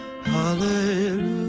hallelujah